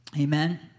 Amen